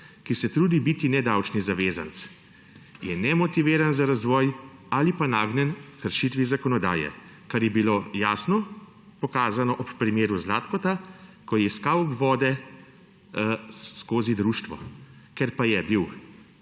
ki se trudi biti nedavčni zavezanec. Je nemotiviran za razvoj ali pa nagnjen h kršitvi zakonodaje, kar je bilo jasno pokazano ob primeru Zlatka, ko je iskal obvode skozi društvo. Ker pa je bil